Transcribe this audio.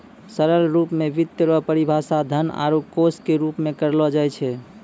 सरल रूप मे वित्त रो परिभाषा धन आरू कोश के रूप मे करलो जाय छै